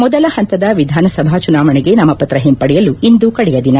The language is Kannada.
ಮೊದಲ ಹಂತದ ವಿಧಾನಸಭಾ ಚುನಾವಣೆಗೆ ನಾಮಪತ್ರ ಹಿಂಪಡೆಯಲು ಇಂದು ಕಡೆಯ ದಿನ